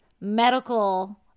medical